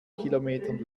kilometern